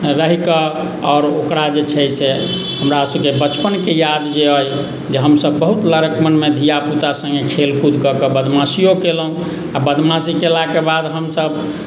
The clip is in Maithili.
रहि कऽ आओर ओकरा जे छै से हमरासभके बचपनके याद जे अइ जे हमसभ बहुत लड़कपनमे धिया पुता सङ्गे खेलकूद ककऽ बदमाशियो केलहुँ आ बदमाशी कयलाके बाद हमसभ